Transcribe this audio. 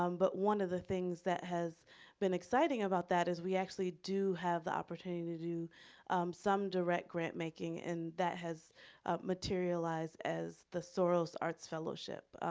um but one of the things that has been exciting about that is we actually do have the opportunity to do some direct grant making and that has materialized as the soros arts fellowship,